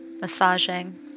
Massaging